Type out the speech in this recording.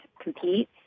compete